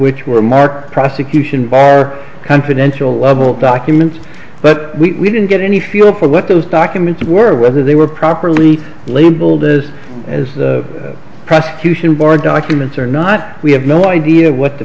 which were marked prosecution bar and potential level documents but we didn't get any feel for what those documents were whether they were properly labeled as as the prosecution bar documents or not we have no idea what the